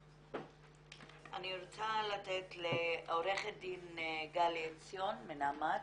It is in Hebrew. אני רוצה לתת לעורכת דין גלי עציון מנעמ"ת.